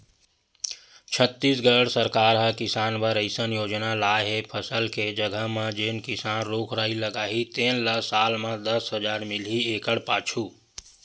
छत्तीसगढ़ सरकार ह किसान बर अइसन योजना लाए हे फसल के जघा म जेन किसान रूख राई लगाही तेन ल साल म दस हजार मिलही एकड़ पाछू